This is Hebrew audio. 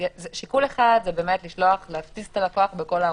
שיקול אחד זה לשלוח, להשיג את הלקוח בכל הערוצים.